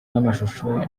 n’amashusho